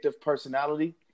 personality